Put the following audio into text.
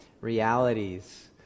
realities